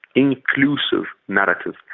inclusive narrative.